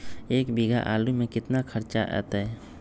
एक बीघा आलू में केतना खर्चा अतै?